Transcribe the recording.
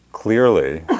clearly